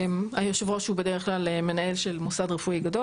היושב-ראש הוא בדרך כלל מנהל של מוסד רפואי גדול.